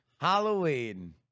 Halloween